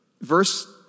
verse